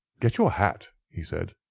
get your hat, he said.